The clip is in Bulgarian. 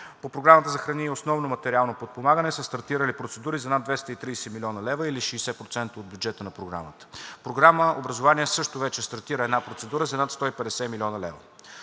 По Програмата за храни и основно материално подпомагане са стартирали процедури за над 230 млн. лв., или 60% от бюджета на Програмата. По Програма „Образование“ също вече стартира една процедура за над 150 млн. лв.